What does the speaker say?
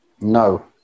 No